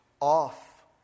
off